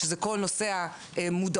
שזה כל נושא המודעות,